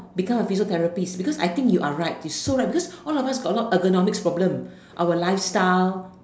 become a physiotherapist because I think you are right it's so right because all of us got a lot ergonomics problem our lifestyle